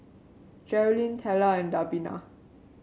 Jerrilyn Teela and Davina